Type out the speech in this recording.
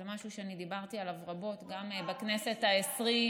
זה משהו שדיברתי עליו רבות גם בכנסת העשרים,